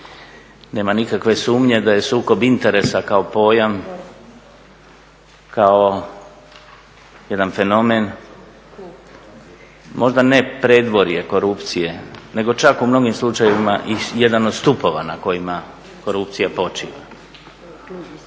Nema nikakve sumnje da je sukob interesa kao pojam, kao jedan fenomen, možda ne predvorje korupcije, nego čak u mnogim slučajevima i jedan od stupova na kojima korupcija počiva.